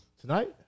tonight